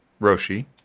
Roshi